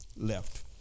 left